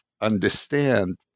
understand